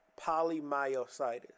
polymyositis